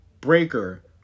Breaker